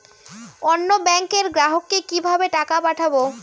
অন্য ব্যাংকের গ্রাহককে কিভাবে টাকা পাঠাবো?